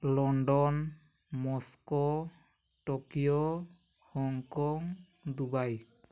London Moscow Tokyo Hong Kong Dubai